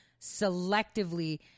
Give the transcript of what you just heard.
selectively